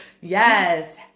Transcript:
Yes